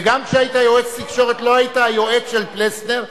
וגם כשהיית יועץ תקשורת לא היית היועץ של פלסנר,